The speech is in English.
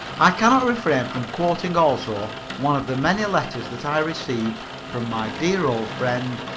i cannot refrain from quoting also one of the many letters that i received from my dear old friend,